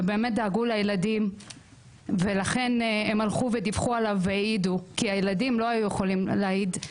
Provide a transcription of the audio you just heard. שבאמת דאגו לילדים ודיווחו והעידו כי הילדים לא יכלו להעיד.